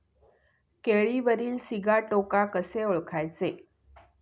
केळीवरील सिगाटोका कसे ओळखायचे?